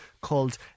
called